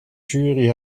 jury